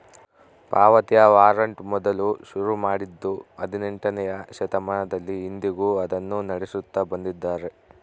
ಪಾವತಿಯ ವಾರಂಟ್ ಮೊದಲು ಶುರು ಮಾಡಿದ್ದೂ ಹದಿನೆಂಟನೆಯ ಶತಮಾನದಲ್ಲಿ, ಇಂದಿಗೂ ಅದನ್ನು ನಡೆಸುತ್ತ ಬಂದಿದ್ದಾರೆ